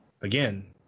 again